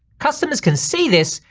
customers can see this,